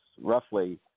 roughly